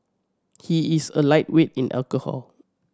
he is a lightweight in alcohol